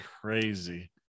crazy